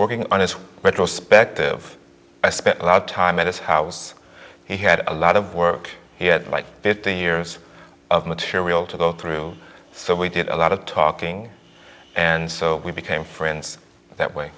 working on it but respective i spent a lot of time at it house he had a lot of work he had like fifteen years of material to go through so we did a lot of talking and so we became friends that way